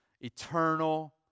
eternal